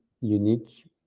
unique